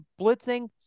blitzing